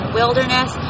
wilderness